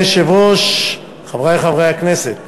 אדוני היושב-ראש, חברי חברי הכנסת,